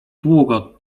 długo